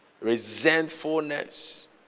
resentfulness